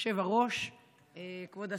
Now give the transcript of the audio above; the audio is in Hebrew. כבוד השר,